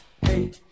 hey